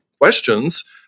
questions